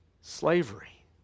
slavery